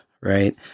right